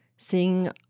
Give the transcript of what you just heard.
Seeing